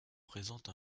présente